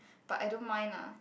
but I don't mind lah